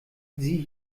sieh